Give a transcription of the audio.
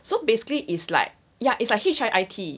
so basically is like ya it's like H_I_I_T